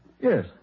Yes